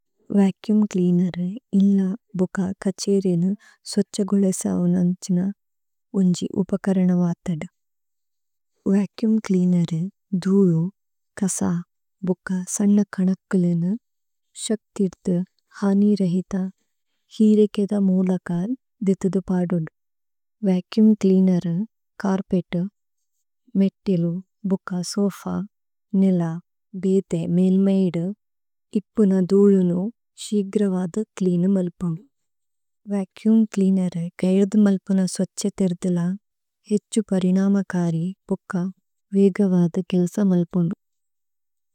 വാകിയം കിലിനരി ഇലലാ ബഗാ കചചഇരിനം സവചചഗളിസാവനാംചനാ ഉഞജി ഉപകരണവാതദ। വാകിയം കിലിനരി ദൂളനം കസാ ബഗാ സനന കണകകലിനം ശകതിരതി ഹാണി രഹിതാ ഹിരഇകിദാ മഓലകാളനം ദിത� പരിണാമകാരി പഃകാ വിഗവാധികിലസമലപണി।